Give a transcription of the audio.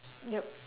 yep